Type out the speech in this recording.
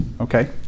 Okay